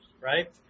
right